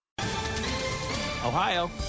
Ohio